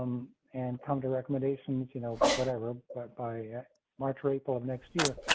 and come to recommendations, you know, whatever. but by march or april of next year,